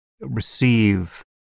receive